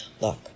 look